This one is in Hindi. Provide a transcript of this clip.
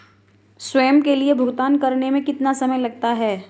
स्वयं के लिए भुगतान करने में कितना समय लगता है?